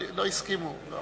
לא הסכימו.